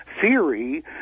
theory